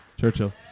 Churchill